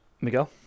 Miguel